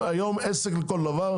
היום הם עסק לכל דבר.